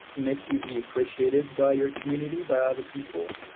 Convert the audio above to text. make you be appreciated by your community, by other people.